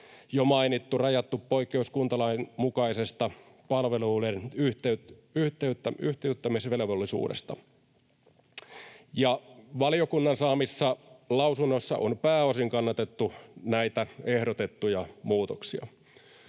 jo mainittu rajattu poikkeus kuntalain mukaisesta palveluiden yhtiöittämisvelvollisuudesta. Valiokunnan saamissa lausunnoissa on pääosin kannatettu näitä ehdotettuja muutoksia.